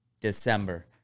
December